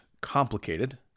complicated